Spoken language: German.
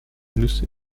nüsse